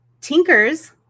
Tinker's